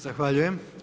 Zahvaljujem.